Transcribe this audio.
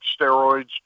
steroids